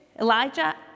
Elijah